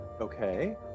okay